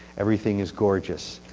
everything is gorgeous,